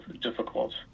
difficult